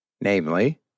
namely